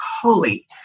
holy